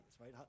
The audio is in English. right